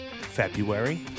February